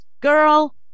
girl